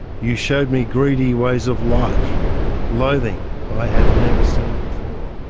you showed me greedy ways of life loathing i have never seen before.